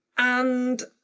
and